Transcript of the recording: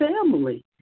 family